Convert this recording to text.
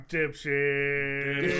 Dipshit